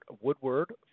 Woodward